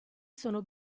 sono